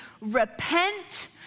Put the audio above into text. repent